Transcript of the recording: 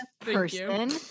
person